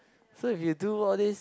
so if you do all these